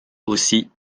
aussi